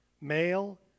male